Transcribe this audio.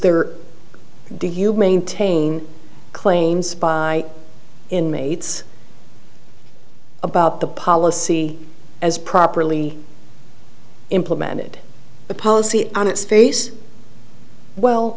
there or do you maintain claims by inmates about the policy as properly implemented the policy on its face well